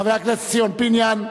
חבר הכנסת ציון פיניאן,